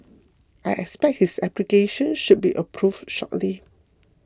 I expect his application should be approved shortly